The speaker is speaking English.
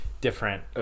different